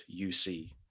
UC